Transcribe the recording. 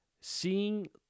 seeing